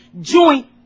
joint